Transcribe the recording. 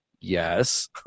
Yes